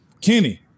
Kenny